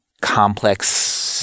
complex